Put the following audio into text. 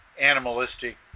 animalistic